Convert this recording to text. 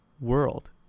world